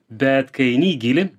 bet kai eini į gylį